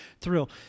thrill